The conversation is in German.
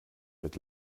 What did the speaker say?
mit